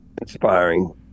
inspiring